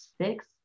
six